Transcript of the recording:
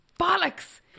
Bollocks